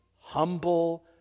humble